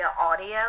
audio